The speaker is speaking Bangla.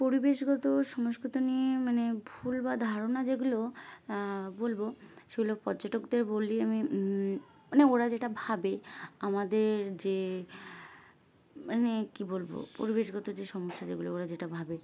পরিবেশগত সংস্কৃত নিয়ে মানে ভুল বা ধারণা যেগুলো বলবো সেগুলো পর্যটকদের বলই আমি মানে ওরা যেটা ভাবে আমাদের যে মানে কী বলবো পরিবেশগত যে সমস্যা যেগুলো ওরা যেটা ভাবে